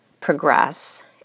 progress